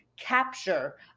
capture